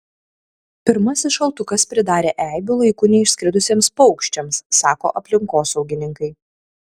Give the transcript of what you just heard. pirmasis šaltukas pridarė eibių laiku neišskridusiems paukščiams sako aplinkosaugininkai